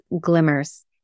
glimmers